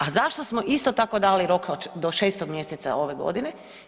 A zašto smo isto tako dali rok do 6. mjeseca ove godine?